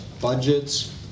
budgets